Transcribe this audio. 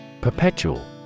Perpetual